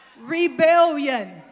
Rebellion